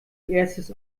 erstes